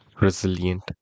Resilient